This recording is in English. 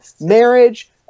marriage